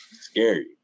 scary